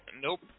Nope